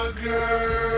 girl